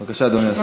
בבקשה, אדוני השר.